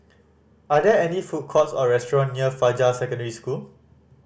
are there any food courts or restaurant near Fajar Secondary School